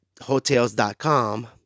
hotels.com